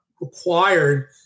required